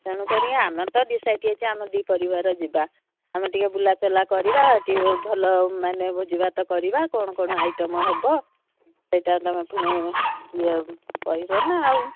ତେଣୁ କରିକି ଆମେ ତ ଡିସାଇଡ଼ ହେଇଛି ଆମ ଦୁଇ ପରିବାର ଯିବା ଆମେ ଟିକେ ବୁଲାଚଲା କରିବା ଟିକେ ଭଲ ମାନେ ଭୋଜିଭାତ କରିବା କ'ଣ କ'ଣ ଆଇଟମ୍ ହବ ସେଇଟା ତୁମେ ପୁଣି ଇଏ କହିବ ନା ଆଉ